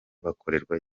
bakorerwa